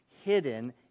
hidden